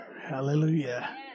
Hallelujah